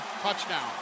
touchdown